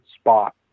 spot